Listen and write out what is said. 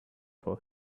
for